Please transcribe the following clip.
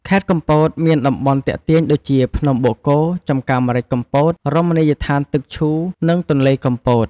ខេត្តកំពតមានតំបន់ទាក់ទាញដូចជា ភ្នំបូកគោ ចំការម្រេចកំពត រមណីយដ្ឋានទឹកឈូ និងទន្លេកំពត។